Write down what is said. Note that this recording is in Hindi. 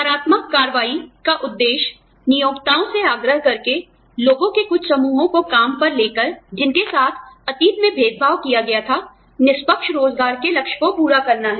सकारात्मक कार्रवाई का उद्देश्य नियोक्ताओं से आग्रह करके लोगों के कुछ समूहों को काम पर लेकर जिनके साथ अतीत में भेदभाव किया गया था निष्पक्ष रोज़गार के लक्ष्य को पूरा करना है